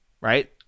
right